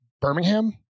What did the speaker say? Birmingham